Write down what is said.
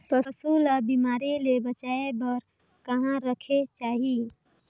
पशु ला बिमारी ले बचाय बार कहा रखे चाही?